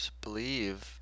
believe